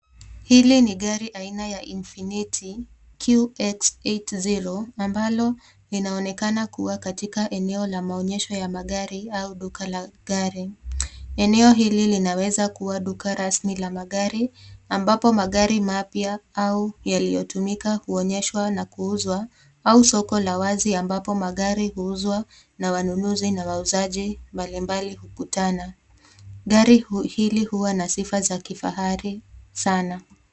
Hili ni gari aina ya Infinity QX80 ambalo linaonekana kuwa katika eneo la maonyesho ya magari au duka la gari. Eneo hili linawezakuwa duka rasmi la magari ambapo maari mapya au yaliyotumika huonyeshwa na kuuzwa au soko la wazi ambapo magari huuzwa na wanunuzi na wauzaji mbalimbali hukutana. Gari hili huwa na sifa za kifahari sana.